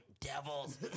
devils